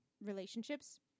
relationships